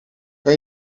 kan